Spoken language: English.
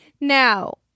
Now